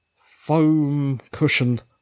foam-cushioned